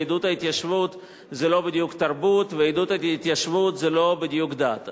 עידוד ההתיישבות זה לא בדיוק תרבות ועידוד ההתיישבות זה לא בדיוק דת.